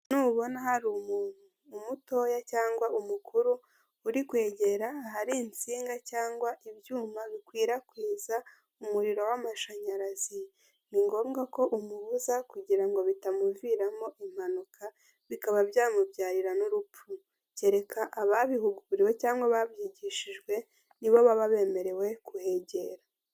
Nubona hari umuntu, umutoya cyangwa umukuru uri kwegera ahari insinga cyangwa ibyuma bikwirakwiza umuriro w'amashanyarazi, ni ngombwa ko umubuza kugira ngo bitamuviramo impanuka , bikaba byamubyarira n'urupfu. Kereka ababihuguriwe cyangwa babyigishijwe, nibo baba bemerewe kuhegera.